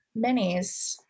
minis